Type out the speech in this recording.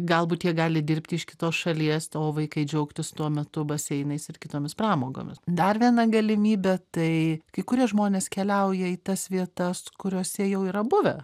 galbūt jie gali dirbti iš kitos šalies o vaikai džiaugtis tuo metu baseinais ir kitomis pramogomis dar viena galimybė tai kai kurie žmonės keliauja į tas vietas kuriose jau yra buvę